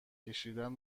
کشیدن